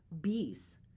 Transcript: bees